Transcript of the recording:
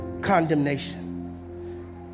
condemnation